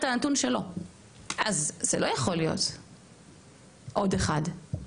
אז זה לא יכול להיות שיהיה רק עוד אחד.